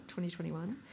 2021